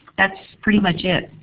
that's pretty much it.